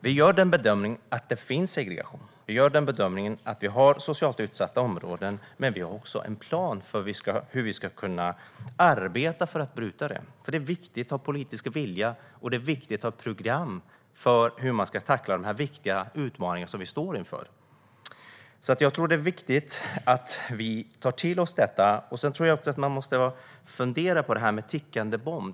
Vi gör bedömningen att det finns segregation och att vi har socialt utsatta områden, men vi har också en plan för hur vi ska arbeta för att kunna ändra detta. Det är viktigt att ha politisk vilja och att ha ett program för hur man ska tackla de stora utmaningar som vi står inför. Jag tror att det är viktigt att vi tar till oss detta. Jag tror också att man bör fundera på det här med en tickande bomb.